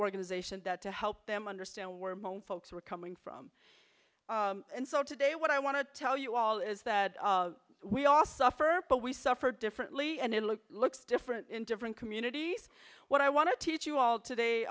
organization that to help them understand where my own folks were coming from and so today what i want to tell you all is that we all suffer but we suffer differently and it looks different in different communities what i want to teach you all today